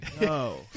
No